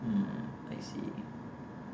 mm I see